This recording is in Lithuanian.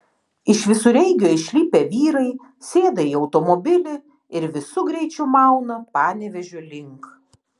iš visureigio išlipę vyrai sėda į automobilį ir visu greičiu mauna panevėžio link